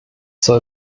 soll